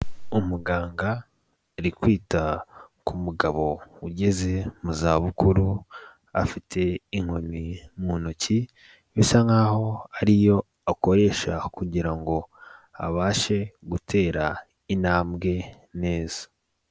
Umuganga ari kwita ku mugabo ugeze mu za bukuru afite inkoni mu ntoki bisa nkaho ari yo akoresha kugirango abashe gutera intambwe neza.